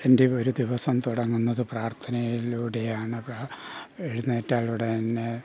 എൻ്റെ ഒരു ദിവസം തുടങ്ങുന്നത് പ്രാർത്ഥനയിലൂടെയാണ് എഴുന്നേറ്റാൽ ഉടനെ